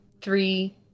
three